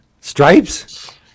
stripes